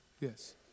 yes